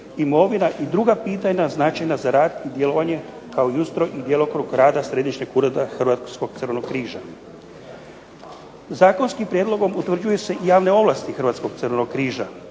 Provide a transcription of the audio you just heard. imovina i druga pitanja značajna za rad i djelovanje kao i ustroj i djelokrug rada Središnjeg ureda Hrvatskog crvenog križa. Zakonskim prijedlogom utvrđuju se i javne ovlasti Hrvatskog Crvenog križa.